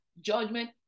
judgment